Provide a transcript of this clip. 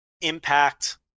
impact